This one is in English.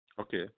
Okay